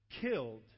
killed